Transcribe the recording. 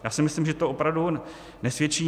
Já si myslím, že to opravdu nesvědčí...